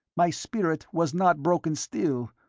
my spirit was not broken still,